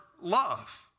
Love